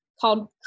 called